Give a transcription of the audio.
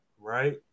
Right